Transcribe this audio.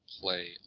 play